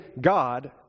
God